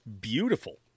beautiful